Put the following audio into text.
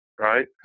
right